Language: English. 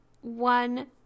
one